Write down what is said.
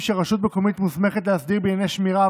שרשות מקומית מוסמכת להסדיר בענייני שמירה,